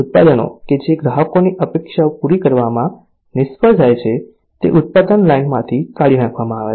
ઉત્પાદનો કે જે ગ્રાહકોની અપેક્ષાઓ પૂરી કરવામાં નિષ્ફળ જાય છે તે ઉત્પાદન લાઇનમાંથી કાઢી નાખવામાં આવે છે